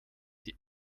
die